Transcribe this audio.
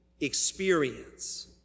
experience